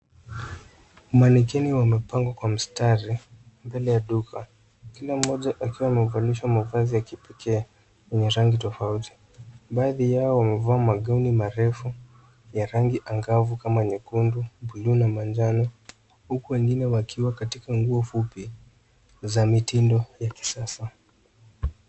Manikeni wamepangwa kwa mistari mbele ya duka, kila moja akiwa amevalishwa mavazi ya kipekee na rangi tofauti, baadhi yao wamevaa magauni marefu ya rangi angavu kama nyekundu, buluu na manjano huku wengine wakiwa katika nguo fupi za mitindo ya kisasa.